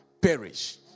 perish